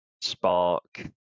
Spark